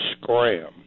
Scram